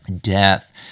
death